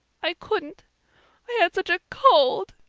i couldn't i had such a cold!